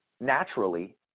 naturally